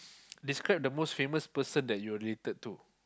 describe the most famous person that you are related to